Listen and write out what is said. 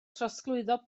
trosglwyddo